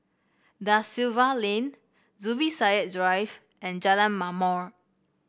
Da Silva Lane Zubir Said Drive and Jalan Ma'mor